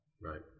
Right